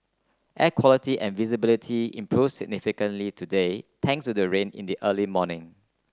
air quality and visibility improve significantly today thanks to the rain in the early morning